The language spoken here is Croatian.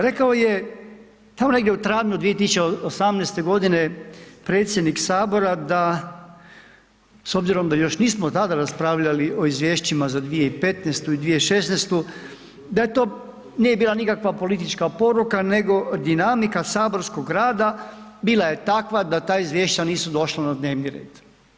Rekao je tamo negdje u travnju 2018. godine predsjednik sabora da s obzirom da još nismo tada raspravljali o izvješćima za 2015. i 2016. da je to nije bila nikakva politička poruka nego dinamika saborskog rada bila je takva da ta izvješća nisu došla na dnevni red.